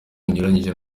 bunyuranyije